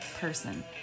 person